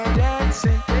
dancing